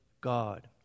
God